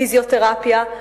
פיזיותרפיה,